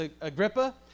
Agrippa